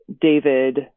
David